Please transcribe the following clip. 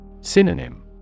Synonym